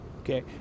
Okay